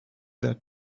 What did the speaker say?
that